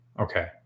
Okay